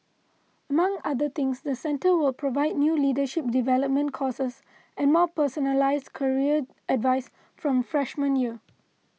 among other things the centre will provide new leadership development courses and more personalised career advice from freshman year